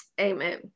Amen